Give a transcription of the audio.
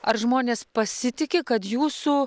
ar žmonės pasitiki kad jūsų